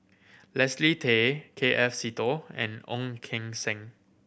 Leslie Tay K F Seetoh and Ong Keng Sen